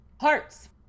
hearts